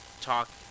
talk –